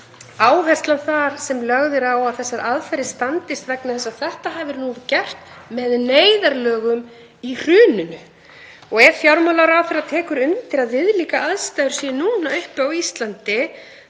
áherslan sem lögð er á að þessar aðferðir standist vegna þess að þetta hafi verið gert með neyðarlögum í hruninu. Ef fjármálaráðherra tekur undir að viðlíka aðstæður séu nú uppi á Íslandi